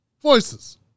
voices